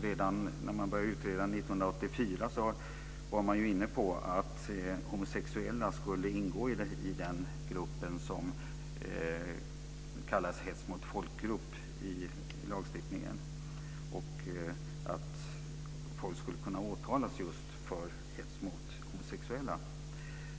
Redan 1984 var man inne på att homosexuella skulle ingå i det som kallas hets mot folkgrupp i lagstiftningen, dvs. att folk skulle kunna åtalas för hets mot homosexuella.